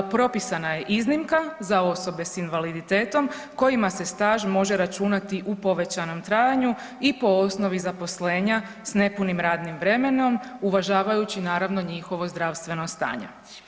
Propisana je iznimka za osobe s invaliditetom kojima se staž može računati u povećanom trajanju i po osnovi zaposlenja s nepunim radnim vremenom, uvažavajući naravno njihovo zdravstveno stanje.